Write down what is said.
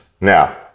now